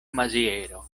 maziero